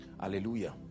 hallelujah